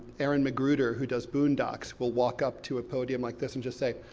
aaron mcgruder, who does boondocks, will walk up to a podium like this and just say,